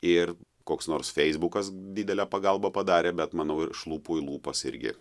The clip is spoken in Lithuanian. ir koks nors feisbukas didelę pagalbą padarė bet manau ir iš lūpų į lūpas irgi